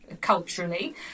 culturally